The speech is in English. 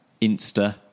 Insta